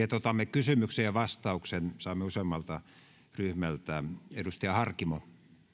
että otamme kysymyksen ja vastauksen saamme kysymyksen useammalta ryhmältä edustaja harkimo